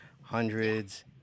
hundreds